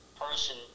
person